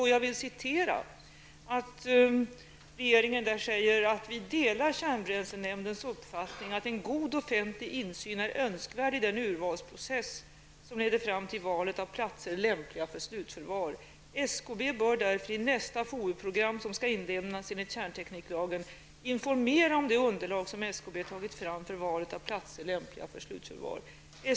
Vi säger där följande: ''Regeringen delar kärnbränslenämndens uppfattning att en god offentlig insyn är önskvärd i den urvalsprocess som leder fram till valet av platser lämpliga för slutförvar. SKB bör därför i nästa FoU-program som skall inlämnas enligt kärntekniklagen informera om det underlag som SKB tagit fram för valet av platser lämpliga för slutförvar.